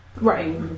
Right